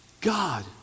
God